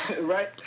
Right